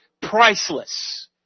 priceless